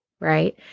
Right